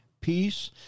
peace